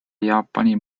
jaapani